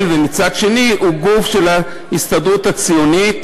ומצד שני הוא גוף של ההסתדרות הציונית.